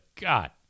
God